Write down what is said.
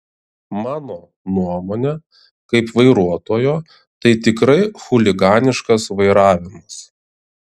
mano nuomonė kaip vairuotojo tai tikrai chuliganiškas vairavimas